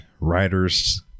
writers